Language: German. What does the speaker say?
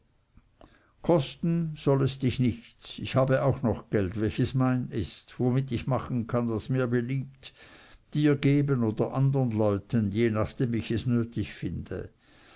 kosten soll es dich nichts ich habe auch noch geld welches mein ist womit ich machen kann was mir beliebt dir geben oder andern leuten je nachdem ich es nötig finde